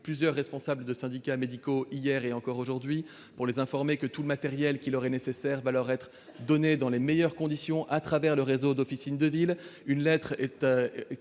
plusieurs responsables de syndicats médicaux, hier et encore aujourd'hui, pour les informer que tout le matériel nécessaire leur serait fourni dans les meilleures conditions, au travers du réseau des officines de ville. Une lettre en